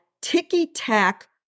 ticky-tack